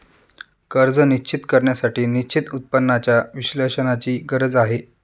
कर्ज निश्चित करण्यासाठी निश्चित उत्पन्नाच्या विश्लेषणाची गरज आहे